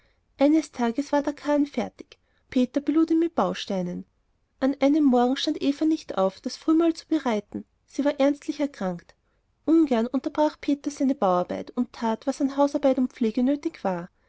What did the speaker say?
eines tages war der karren fertig peter belud ihn mit bausteinen an einem morgen stand eva nicht auf das frühmahl zu bereiten sie war ernstlich erkrankt ungern unterbrach peter seine bauarbeit und tat was an hausarbeit und pflege nötig war